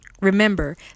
Remember